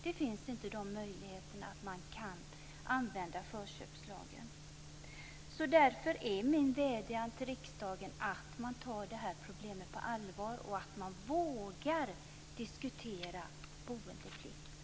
Det finns inga möjligheter att använda förköpslagen. Därför är min vädjan till riksdagen att ta detta problem på allvar och våga diskutera boendeplikt.